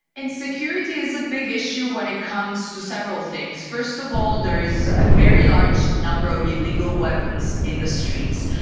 insecurity is a bit issue when it comes to several things. first of all there is a very large number of illegal weapons in the streets.